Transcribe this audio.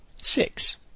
six